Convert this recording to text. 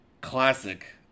classic